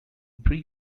pre